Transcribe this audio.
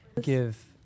give